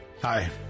hi